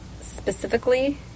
specifically